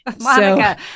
Monica